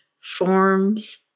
forms